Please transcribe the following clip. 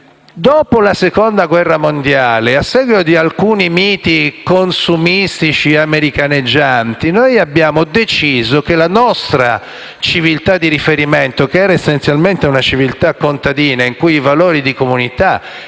Dopo la Seconda guerra mondiale, abbiamo seguito alcuni miti consumistici e americaneggianti invece della nostra civiltà di riferimento, che era essenzialmente una unità contadina, in cui i valori di comunità erano